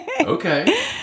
Okay